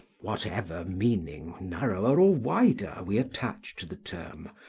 whatever meaning, narrower or wider, we attach to the term,